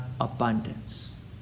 abundance